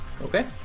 Okay